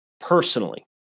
personally